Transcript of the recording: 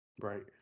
Right